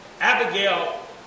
Abigail